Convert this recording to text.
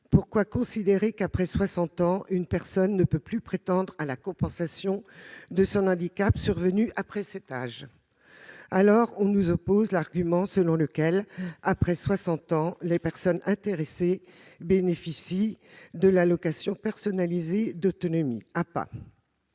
Pourquoi considérer qu'après 60 ans une personne ne peut plus prétendre à la compensation de son handicap survenu après cet âge ? On nous oppose l'argument selon lequel, après 60 ans, les personnes intéressées bénéficient de l'allocation personnalisée d'autonomie (APA)